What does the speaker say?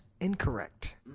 incorrect